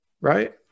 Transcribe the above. Right